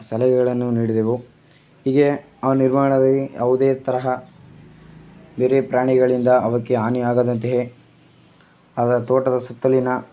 ಸಲಹೆಗಳನ್ನು ನೀಡಿದೆವು ಹೀಗೆ ಆ ನಿರ್ಮಾಣದಲ್ಲಿ ಯಾವುದೇ ತರಹ ಬೇರೆ ಪ್ರಾಣಿಗಳಿಂದ ಅವುಕ್ಕೆ ಹಾನಿಯಾಗದಂತೆಯೇ ಅವರ ತೋಟದ ಸುತ್ತಲಿನ